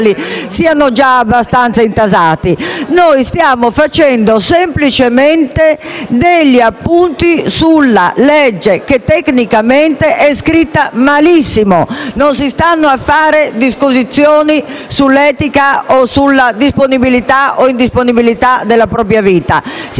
stiamo facendo semplicemente degli appunti sul disegno di legge, che tecnicamente è scritto malissimo, non si stanno facendo disquisizioni sull'etica o sulla disponibilità o indisponibilità della propria vita: